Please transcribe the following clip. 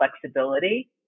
flexibility